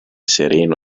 sereno